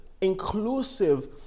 inclusive